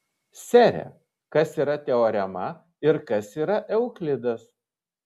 sere kas yra teorema ir kas yra euklidas